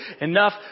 enough